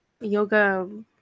yoga